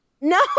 No